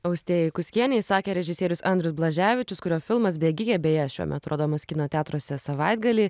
austėjai kuskienei sakė režisierius andrius blaževičius kurio filmas bėgikė beje šiuo metu rodomas kino teatruose savaitgalį